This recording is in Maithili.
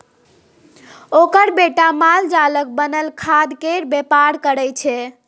ओकर बेटा मालजालक बनल खादकेर बेपार करय छै